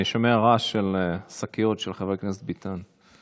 אני שומע רעש של השקיות של חבר הכנסת ביטן.